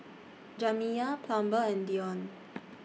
Jamiya Plummer and Deon